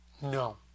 no